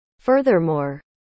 Furthermore